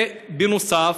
ובנוסף,